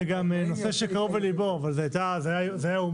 זה גם נושא שקרוב לליבו, אבל זה הצעה,